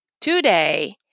today